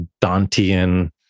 Dantean